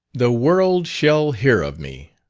the world shall hear of me,